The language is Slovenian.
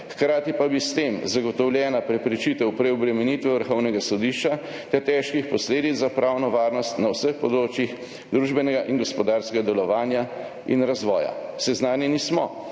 Hkrati pa bi bila s tem zagotovljena preprečitev preobremenitve Vrhovnega sodišča ter težkih posledic za pravno varnost na vseh področjih družbenega in gospodarskega delovanja in razvoja. Seznanjeni smo,